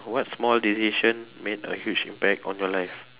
what small decision made a huge impact on your life